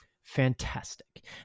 fantastic